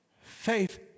Faith